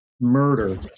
murder